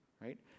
right